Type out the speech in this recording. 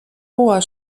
hoher